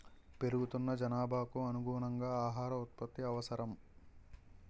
పెరుగుతున్న జనాభాకు అనుగుణంగా ఆహార ఉత్పత్తి అవసరం